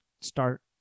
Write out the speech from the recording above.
start